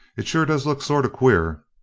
it sure does look sort of queer!